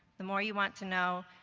the more you want to know,